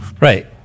Right